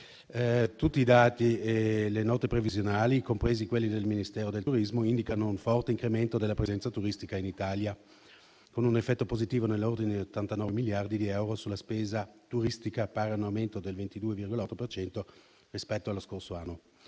Tutti i dati e le note previsionali, compresi quelli del Ministero del turismo, indicano un forte incremento della presenza turistica in Italia, con un effetto positivo dell'ordine di 89 miliardi di euro sulla spesa turistica, pari a un aumento del 22,8 per cento rispetto allo scorso anno.